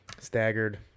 Staggered